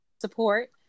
support